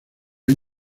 han